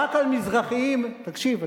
תקשיב,